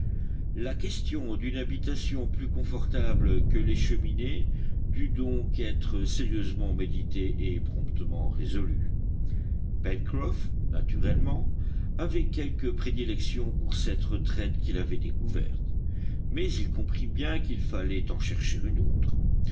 la question d'une habitation plus confortable que les cheminées dut donc être sérieusement méditée et promptement résolue pencroff naturellement avait quelque prédilection pour cette retraite qu'il avait découverte mais il comprit bien qu'il fallait en chercher une autre